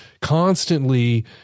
constantly